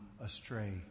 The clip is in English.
astray